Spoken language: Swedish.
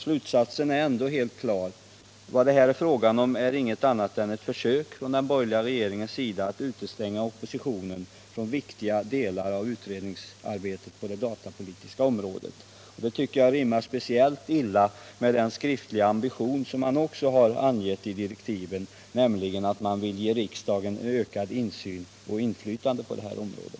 Slutsatsen är ändå helt klar: Vad det här är fråga om är inget annat än ett försök från den borgerliga regeringens sida att utestänga oppositionen från viktiga delar av utredningsarbetet på det datapolitiska området. Det tycker jag rimmar speciellt illa med den skriftliga ambition som man också har angett i direktiven, nämligen att man vill ge riksdagen ökad insyn och ökat inflytande på det här området.